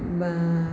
ബാ